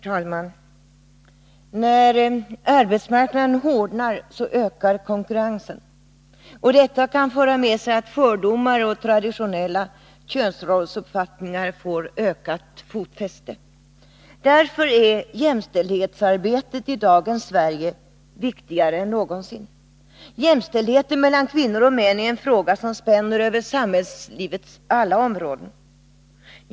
Herr talman! När arbetsmarknaden hårdnar ökar konkurrensen. Detta kan föra med sig att fördomar och traditionella könsrollsuppfattningar får ökat fotfäste. Därför är jämställdhetsarbetet i dagens Sverige viktigare än någonsin. Jämställdheten mellan kvinnor och män är en fråga som spänner över samhällslivets alla områden.